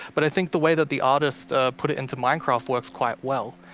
but i think the way that the artists put it into minecraft works quite well.